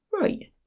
right